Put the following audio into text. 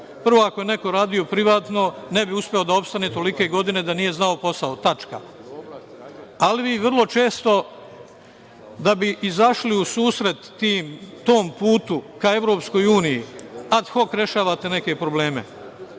Prvo, ako je neko radio privatno ne bi uspeo da opstane tolike godine da nije znao posao. Tačka. Ali vi vrlo često da bi izašli u susret tom putu ka EU ad hok rešavate neke probleme.